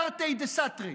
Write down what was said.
תרתי דסתרי,